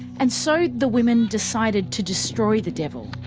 and so, the women decided to destroy the devil.